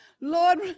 Lord